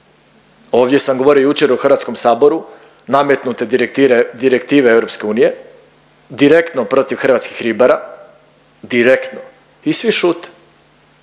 Ovdje sam govorio jučer o HS-u nametnute direktive EU, direktno protiv hrvatskih ribara, direktno i svi šute.